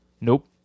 nope